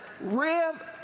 Rib